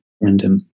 referendum